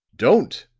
don't,